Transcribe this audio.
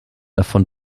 davon